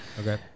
Okay